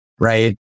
right